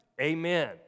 Amen